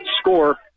score